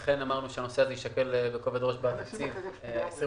לכן אמרנו שהנושא הזה יישקל בכובד ראש בתקציב 2021,